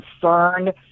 concerned